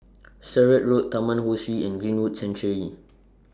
Sturdee Road Taman Ho Swee and Greenwood Sanctuary